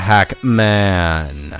Hackman